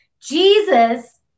Jesus